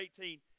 18